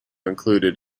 included